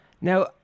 Now